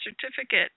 certificate